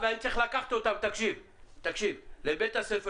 אני צריך לקחת אותם למתקן ליד בית הספר